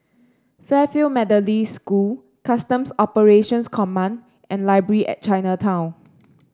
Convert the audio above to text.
Fairfield Methodist School Customs Operations Command and Library at Chinatown